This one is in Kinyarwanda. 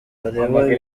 bareba